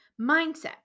mindset